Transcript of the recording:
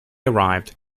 arrived